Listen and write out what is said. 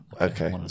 okay